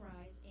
rise